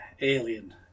Alien